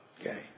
Okay